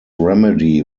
remedy